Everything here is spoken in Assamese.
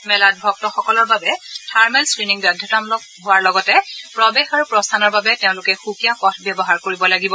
মেলাত ভক্তসকলৰ বাবে থাৰ্মেল স্থিণিং বাধ্যতামূলক হোৱাৰ লগতে প্ৰৱেশ আৰু প্ৰস্থানৰ বাবে তেওঁলোকে সুকীয়া পথ ব্যৱহাৰ কৰিব লাগিব